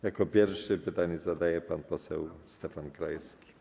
Jako pierwszy pytanie zadaje pan poseł Stefan Krajewski.